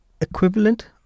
equivalent